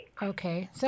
Okay